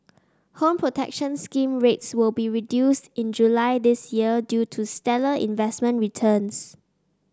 Home Protection Scheme rates will be reduced in July this year due to stellar investment returns